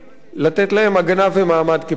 לתת להם הגנה ומעמד כפליטים,